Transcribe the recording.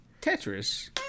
Tetris